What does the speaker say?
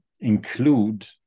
include